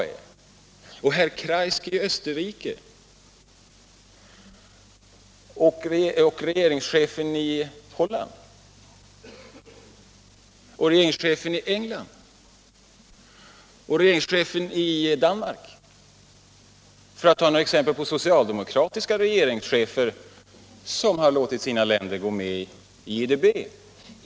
Och hur är det med herr Kreisky i Österrike och med regeringscheferna i Holland, i England och i Danmark, för att ta några exempel på socialdemokratiska regeringschefer som har låtit sina länder gå med i IDB?